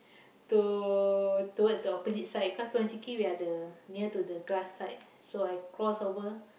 to towards the opposite side cause Pochinki we are the near to the grass side so I cross over